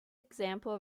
example